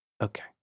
okay